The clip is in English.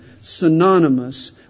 synonymous